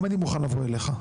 גם אני מוכן לבוא אליך.